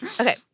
okay